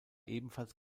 ebenfalls